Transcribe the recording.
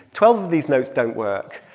twelve of these notes don't work.